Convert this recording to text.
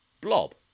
Blob